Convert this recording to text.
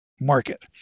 market